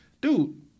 dude